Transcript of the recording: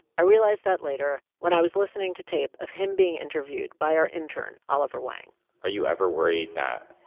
i realized that later when i was listening to tape of him being interviewed by our intern oliver whang are you ever worried that,